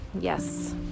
Yes